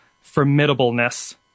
formidableness